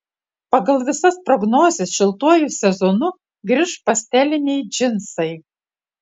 pagal visas prognozes šiltuoju sezonu grįš pasteliniai džinsai